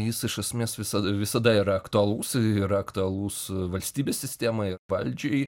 jis iš esmės visa visada yra aktualus yra aktualus valstybės sistemai valdžiai